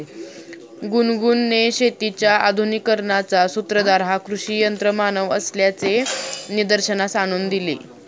गुनगुनने शेतीच्या आधुनिकीकरणाचा सूत्रधार हा कृषी यंत्रमानव असल्याचे निदर्शनास आणून दिले